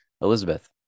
Elizabeth